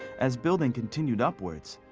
as building continued upwards,